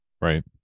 right